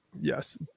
Yes